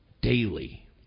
daily